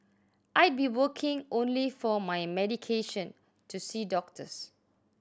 I'd be working only for my medication to see doctors